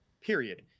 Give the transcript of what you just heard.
period